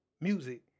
music